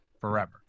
forever